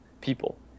people